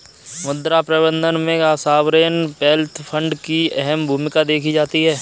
मुद्रा प्रबन्धन में सॉवरेन वेल्थ फंड की अहम भूमिका देखी जाती है